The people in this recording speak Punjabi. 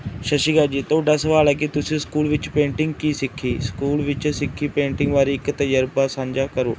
ਸਤਿ ਸ਼੍ਰੀ ਅਕਾਲ ਜੀ ਤੁਹਾਡਾ ਸਵਾਲ ਹੈ ਕਿ ਤੁਸੀਂ ਸਕੂਲ ਵਿੱਚ ਪੇਂਟਿੰਗ ਕੀ ਸਿੱਖੀ ਸਕੂਲ ਵਿੱਚ ਸਿੱਖੀ ਪੇਂਟਿੰਗ ਬਾਰੇ ਇੱਕ ਤਜਰਬਾ ਸਾਂਝਾ ਕਰੋ